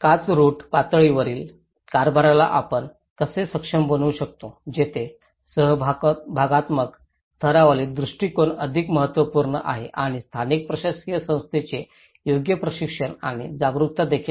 काच रूट पातळीवरील कारभाराला आपण कसे सक्षम बनवू शकतो जिथे सहभागात्मक स्तरावरील दृष्टीकोन अधिक महत्त्वपूर्ण आहे आणि स्थानिक प्रशासकीय संस्थांचे योग्य प्रशिक्षण आणि जागरूकता देखील आहे